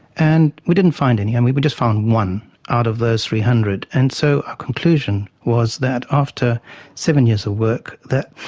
and we didn't find any, um we we just found one out of those three hundred. and so our conclusion was that after seven years of work, that